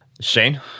shane